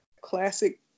classic